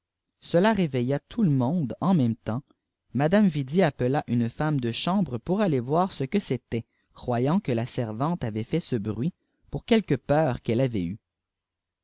gete réveilte tout le monde en ihême temps manicyidi appela une fmme de chambre pour jîmtervoîr ce que c'était croyant que te servante vait jait ce brait pour quelque peur qu'elle avait eue